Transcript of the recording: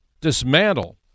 dismantle